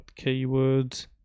keywords